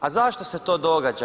A zašto se to događa?